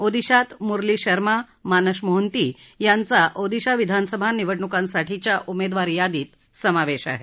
ओदिशात मुरली शर्मा मानश मोहन्ती यांचा ओदिशा विधानसभा निवडणुकांसाठीच्या उमेदवार यादीत समावेश आहे